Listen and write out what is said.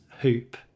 hoop